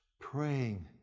praying